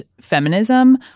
feminism